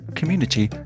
community